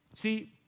See